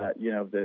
ah you know,